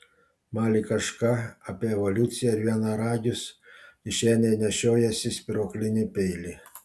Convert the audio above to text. mali kažką apie evoliuciją ir vienaragius kišenėje nešiojiesi spyruoklinį peilį